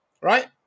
right